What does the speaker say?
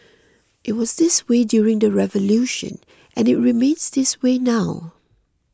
it was this way during the revolution and it remains this way now